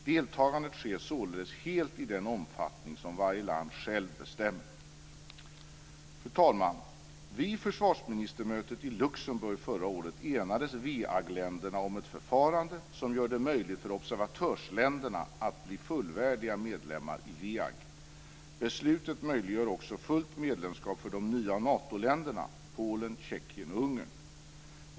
Deltagandet sker således helt i den omfattning som varje land självt bestämmer. Fru talman! Vid försvarsministermötet i Luxemburg förra året enades WEAG-länderna om ett förfarande som gör det möjligt för observatörsländerna att bli fullvärdiga medlemmar i WEAG. Beslutet möjliggör också fullt medlemskap för de nya Natoländerna: Polen, Tjeckien och Ungern.